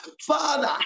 Father